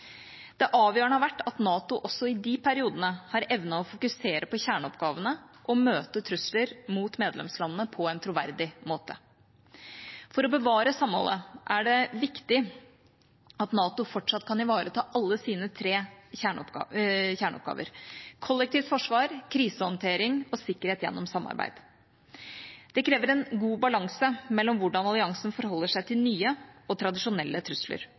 Det avgjørende har vært at NATO også i de periodene har evnet å fokusere på kjerneoppgavene og møte trusler mot medlemslandene på en troverdig måte. For å bevare samholdet er det viktig at NATO fortsatt kan ivareta alle sine tre kjerneoppgaver: kollektivt forsvar, krisehåndtering og sikkerhet gjennom samarbeid. Det krever en god balanse mellom hvordan alliansen forholder seg til nye og tradisjonelle trusler